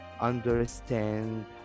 understand